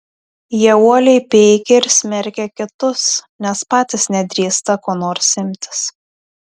jie uoliai peikia ir smerkia kitus nes patys nedrįsta ko nors imtis